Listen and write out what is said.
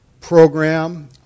program